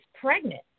pregnant